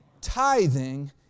Tithing